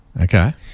Okay